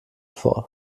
vor